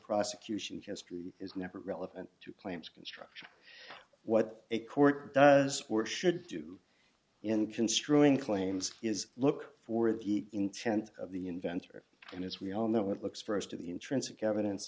prosecution history is never relevant to claims construction what a court does or should do in construing claims is look for the intent of the inventor and as we all know it looks for as to the intrinsic evidence